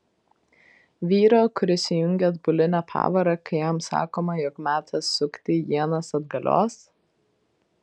vyro kuris įjungia atbulinę pavarą kai jam sakoma jog metas sukti ienas atgalios